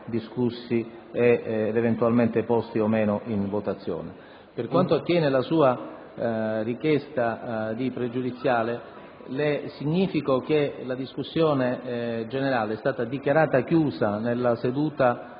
discussi ed eventualmente posti in votazione. Per quanto attiene alla sua richiesta di pregiudiziale, le significo che la discussione generale è stata dichiarata chiusa, con